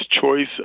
choice